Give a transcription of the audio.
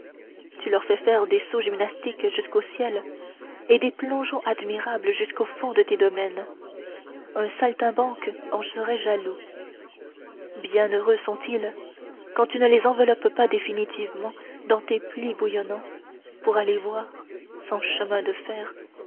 tu leur fais faire des sauts gymnastiques jusqu'au ciel et des plongeons admirables jusqu'au fond de tes domaines un saltimbanque en serait jaloux bienheureux sont-ils quand tu ne les enveloppes pas définitivement dans tes plis bouillonnants pour aller voir sans chemin de fer